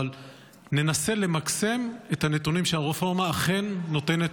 אבל ננסה למקסם את הנתונים שהרפורמה אכן נותנת